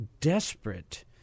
desperate